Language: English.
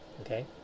Okay